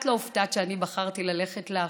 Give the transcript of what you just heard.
את לא הופתעת שאני בחרתי ללכת לאחדות,